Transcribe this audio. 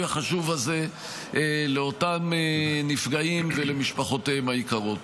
החשוב הזה לאותם נפגעים ולמשפחותיהם היקרות.